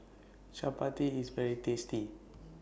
Chapati IS very tasty